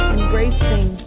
Embracing